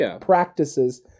practices